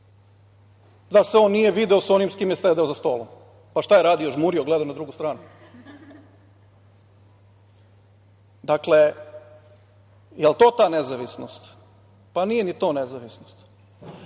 da se on nije video sa onim sa kim je sedeo za stolom. Pa, šta je radio? Žmurio? Gledao na drugu stranu? Dakle, da li je to ta nezavisnost? Pa, nije ni to nezavisnost. Dakle,